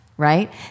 right